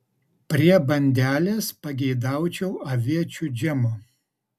prie bandelės pageidaučiau aviečių džemo